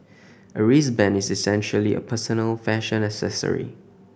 a wristband is essentially a personal fashion accessory